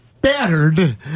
battered